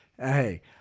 Hey